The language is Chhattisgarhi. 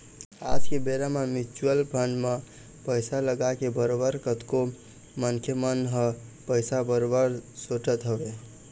आज के बेरा म म्युचुअल फंड म पइसा लगाके बरोबर कतको मनखे मन ह पइसा बरोबर सोटत हवय